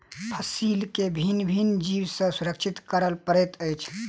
फसील के भिन्न भिन्न जीव सॅ सुरक्षित करअ पड़ैत अछि